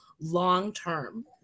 long-term